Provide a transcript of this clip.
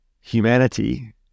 humanity